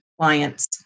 clients